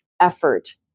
effort